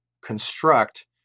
construct